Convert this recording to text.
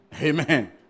Amen